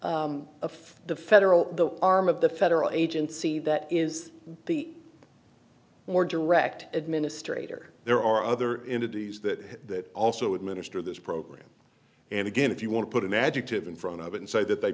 for the federal the arm of the federal agency that is the more direct administrator there are other into these that also administer this program and again if you want to put an adjective in front of it and say that they